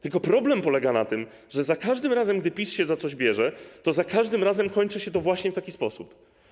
Tylko problem polega na tym, że gdy PiS się za coś bierze, to za każdym razem kończy się to właśnie w taki sposób.